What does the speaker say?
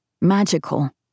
magical